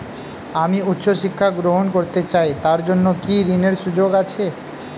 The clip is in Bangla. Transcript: আমি উচ্চ শিক্ষা গ্রহণ করতে চাই তার জন্য কি ঋনের সুযোগ আছে?